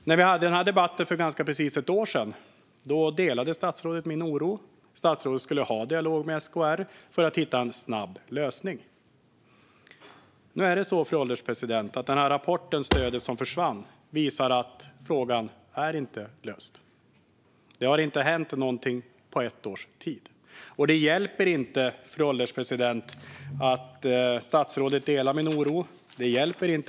När vi hade den här debatten för ganska precis ett år sedan delade statsrådet min oro. Statsrådet skulle ha en dialog med SKR för att hitta en snabb lösning. Nu är det så, fru ålderspresident, att rapporten Stödet som försvann visar att frågan inte är löst. Det har inte hänt någonting på ett års tid. Det hjälper inte att statsrådet delar min oro, fru ålderspresident.